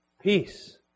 Peace